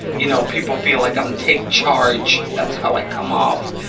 you know, people feel like i'm take-charge. that's how i come off.